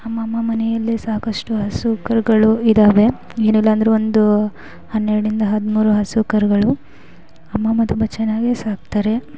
ಅಮ್ಮಮ್ಮ ಮನೆಯಲ್ಲಿ ಸಾಕಷ್ಟು ಹಸು ಕರುಗಳು ಇದ್ದಾವೆ ಏನಿಲ್ಲಾಂದರು ಒಂದು ಹನ್ನೆರಡರಿಂದ ಹದಿಮೂರು ಹಸು ಕರುಗಳು ಅಮ್ಮಮ್ಮ ತುಂಬ ಚೆನ್ನಾಗೇ ಸಾಕ್ತಾರೆ